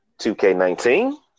2K19